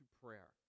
prayer